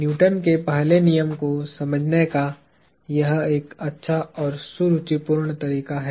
Newton के पहले नियम को समझने का यह एक अच्छा और सुरुचिपूर्ण तरीका है